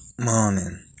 morning